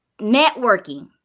Networking